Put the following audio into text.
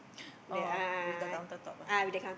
oh with the counter top ah